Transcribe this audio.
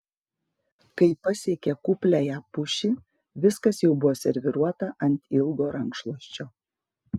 kai pasiekė kupliąją pušį viskas jau buvo serviruota ant ilgo rankšluosčio